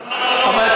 נעשה את,